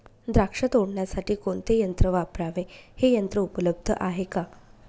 द्राक्ष तोडण्यासाठी कोणते यंत्र वापरावे? हे यंत्र उपलब्ध आहे का?